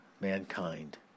mankind